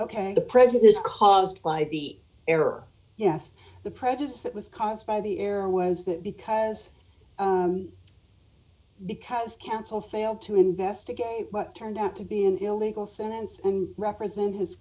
to prejudice caused by the error yes the prejudice that was caused by the error was that because because counsel failed to investigate what turned out to be an illegal sentence and represent his